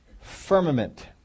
firmament